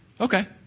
okay